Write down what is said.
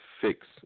fix